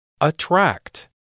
Attract